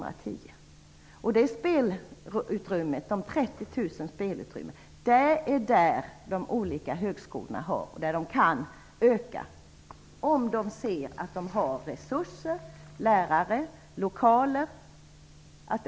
Det ger ett spelutrymme på 30 000 platser som de olika högskolorna kan öka med inom sitt eget ansvarsområde om de ser att de har resurser, lärare och lokaler.